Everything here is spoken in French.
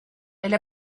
elle